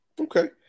Okay